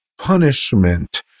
Punishment